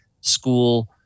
school